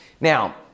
Now